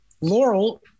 Laurel